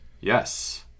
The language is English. Yes